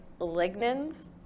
lignans